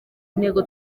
ntego